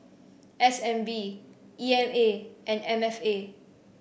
S N B E M A and M F A